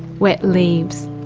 wet leaves,